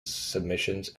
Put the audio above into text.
submissions